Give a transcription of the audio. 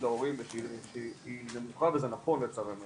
ההורים ושהיא נמוכה וזה נכון לצערנו הרב,